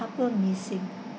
couple missing